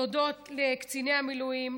תודות לקציני המילואים,